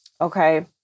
Okay